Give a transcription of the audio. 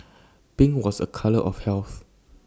pink was A colour of health